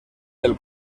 del